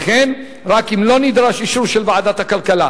וכן רק אם לא נדרש אישור של ועדת הכלכלה.